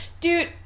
dude